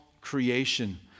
creation